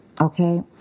Okay